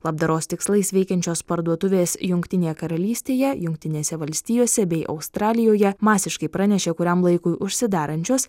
labdaros tikslais veikiančios parduotuvės jungtinėje karalystėje jungtinėse valstijose bei australijoje masiškai pranešė kuriam laikui užsidarančios